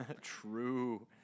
True